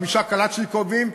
חמישה קלצ'ניקובים,